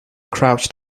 crouched